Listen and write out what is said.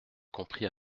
comprit